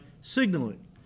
signaling